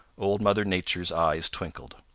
old mother nature's eyes twinkled.